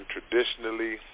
Traditionally